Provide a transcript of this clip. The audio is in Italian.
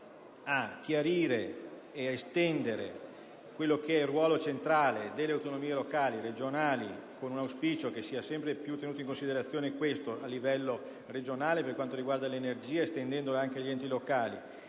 a chiarire e ad estendere il ruolo centrale delle autonomie locali e regionali. L'auspicio è che sia sempre più tenuto in considerazione il livello regionale, per quanto riguarda l'energia, estendendo tale ruolo anche agli enti locali,